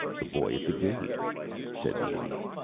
the boy at the gate said the idiot.